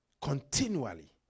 continually